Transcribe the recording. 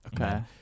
Okay